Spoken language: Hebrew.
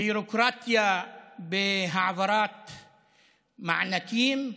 ביורוקרטיה בהעברת מענקים,